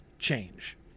change